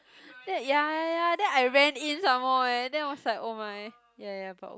that ya ya ya that I went in some more eh then I was like oh my ya ya but o~